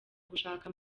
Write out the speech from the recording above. gushaka